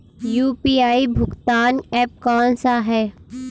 UPI भुगतान app कौन सा है?